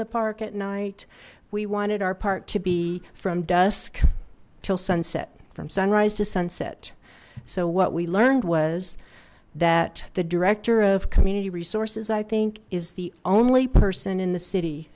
the park at night we wanted our part to be from dusk till sunset from sunrise to sunset so what we learned was that the director of community resources i think is the only person in the city